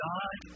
God